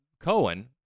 Cohen